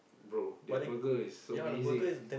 bro their burger is so amazing